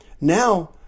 Now